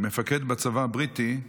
מפקד בצבא הבריטי,